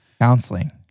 Counseling